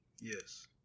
Yes